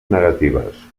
negatives